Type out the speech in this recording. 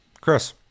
Chris